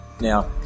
Now